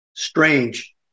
Strange